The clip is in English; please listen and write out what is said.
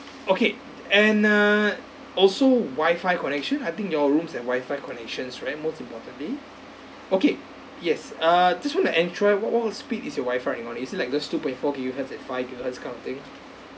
okay and err also wifi connection I think your rooms and wifi connections right most importantly okay yes err just want to enquire what what what speed is your wifi and all is it like those two point four gigahertz and five gigahertz kind of thing